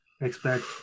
Expect